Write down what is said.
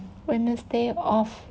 wednesday off